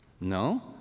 No